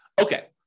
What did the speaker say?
Okay